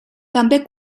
també